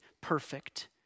perfect